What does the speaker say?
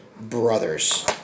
brothers